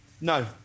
No